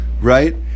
right